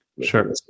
Sure